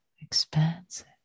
expansive